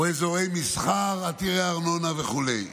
או אזורי מסחר עתירי ארנונה וכו'.